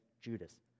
Judas